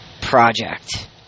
project